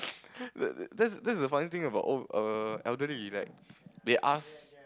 that's a funny thing about old err elderly like they ask